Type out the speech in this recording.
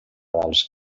dels